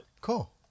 Cool